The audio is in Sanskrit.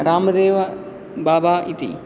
रामदेव बाबा इति